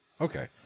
Okay